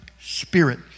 spirit